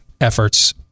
efforts